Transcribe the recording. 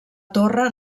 torre